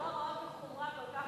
אז אתה אומר שהתורה רואה בחומרה כל כך